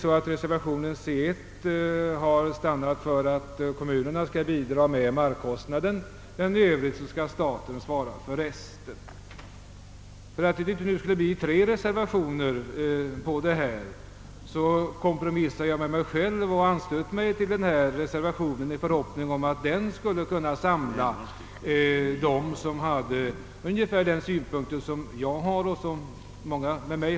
I reservationen c1 föreslås att kommunerna skall bidra i fråga om markkostnaden men att staten skall svara för resten. För att det nu inte skulle bli tre reservationer kompromissade jag med mig själv och anslöt mig till denna reservation i förhoppning om att den skulle kunna samla dem som hade ungefär min inställning, vilken också delas av många andra.